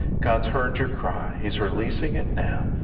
god's heard your cry. he is releasing it now,